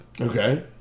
Okay